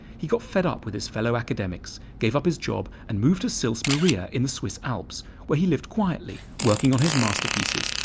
he got fed up with his fellow academics, gave up his job and moved to sils maria in the swiss alps where he lived quietly, working on his masterpieces,